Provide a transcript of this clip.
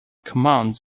commands